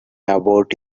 about